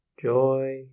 joy